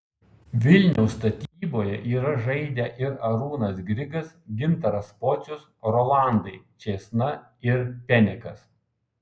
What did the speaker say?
vilniaus statyboje yra žaidę ir arūnas grigas gintaras pocius rolandai čėsna ir penikas